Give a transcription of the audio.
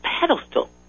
pedestal